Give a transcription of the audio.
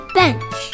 bench